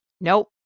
Nope